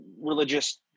religious